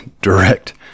direct